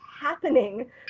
happening